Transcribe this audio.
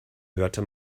hörte